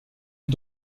est